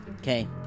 Okay